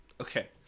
Okay